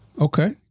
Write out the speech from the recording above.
Okay